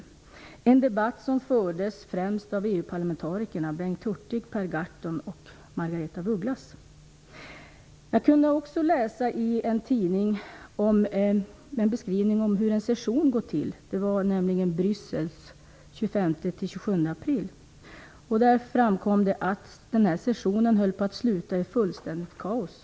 Denna debatt fördes främst av EU Man kunde i en tidning läsa en beskrivning av hur en session går till, den som hölls i Bryssel den 25-27 april. Det framkom att denna session höll på att slut i fullständigt kaos.